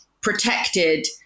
protected